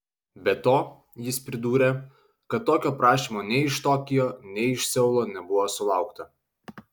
be to jis pridūrė kad tokio prašymo nei iš tokijo nei iš seulo nebuvo sulaukta